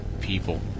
people